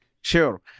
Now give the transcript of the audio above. Sure